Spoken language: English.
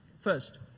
First